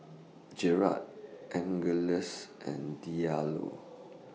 Angeles and Diallo